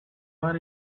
what